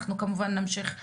אנחנו כמובן נמשיך לעקוב.